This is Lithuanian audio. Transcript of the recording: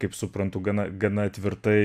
kaip suprantu gana gana tvirtai